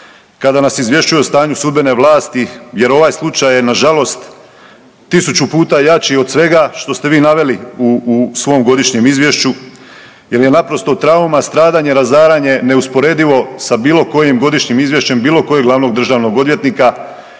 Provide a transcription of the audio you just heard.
kada nas izvješćuje o stanju sudbene vlasti jer ovaj slučaj je nažalost tisuću puta jači od svega što ste vi naveli u svom godišnjem izvješću jel je naprosto trauma stradanje, razaranje, neusporedivo sa bilo kojim godišnjim izvješćem bilo kojeg glavnog državnog odvjetnika